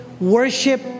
worship